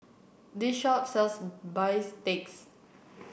this shop sells Bistakes